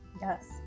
yes